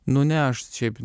nu ne aš šiaip